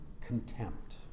contempt